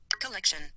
Collection